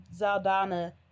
Zaldana